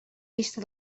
vista